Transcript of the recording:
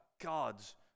God's